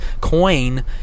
Coin